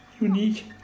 unique